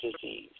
disease